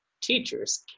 teachers